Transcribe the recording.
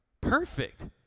perfect